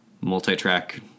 multi-track